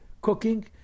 cooking